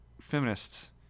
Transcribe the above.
feminists